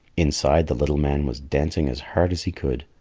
inside, the little man was dancing as hard as he could.